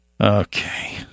Okay